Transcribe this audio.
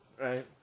right